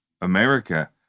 America